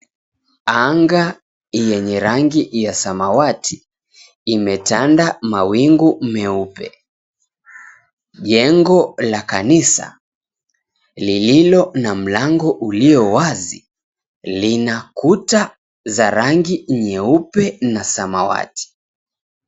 Anga yenye rangi ya samawati imetanda mawingu meupe. Jengo la kanisa lililo na mlango ulio wazi lina kuta za rangi nyeupe na samawati.